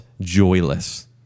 joyless